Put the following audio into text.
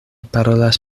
parolas